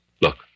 Look